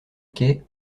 quais